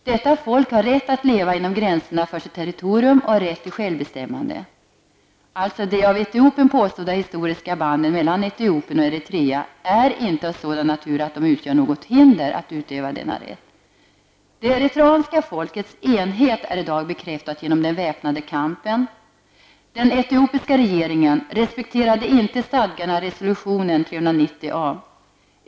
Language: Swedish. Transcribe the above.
Det eritreanska folkets enhet är i dag bekräftad genom den väpnade kampen. * Den etiopiska regeringen respekterade inte stadgarna i resolution 390.